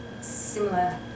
similar